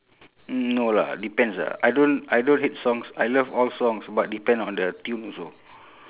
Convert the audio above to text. no lah depends ah I don't I don't hate songs I love all songs but depend on the tune also